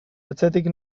atzetik